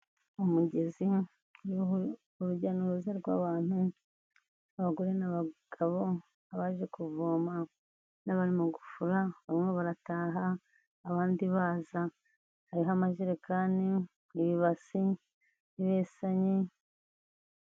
Umugezi uriho urujya n'uruza rw'abantu, abagore n'abagabo, abaje kuvoma n'abarimo gufura, bamwe barataha abandi baza, hariho amajerekani, ibasi, ibesanyi.